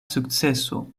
sukceso